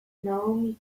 naomi